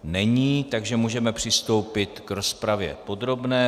Není, takže můžeme přistoupit k rozpravě podrobné.